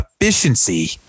efficiency